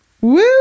Woo